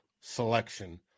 selection